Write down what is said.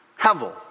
Hevel